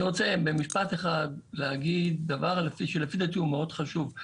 אני רוצה במשפט אחד להגיד דבר אחד שלפי דעתי הוא מאוד חשוב.